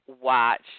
watch